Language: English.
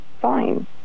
fine